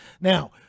Now